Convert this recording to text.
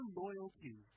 loyalty